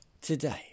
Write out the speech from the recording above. today